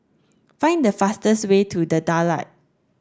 find the fastest way to The Daulat